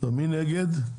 מי נגד?,